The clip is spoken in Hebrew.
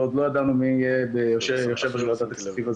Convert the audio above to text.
ועוד לא ידענו מי יהיה יושב-ראש ועדת הכספים הזמנית,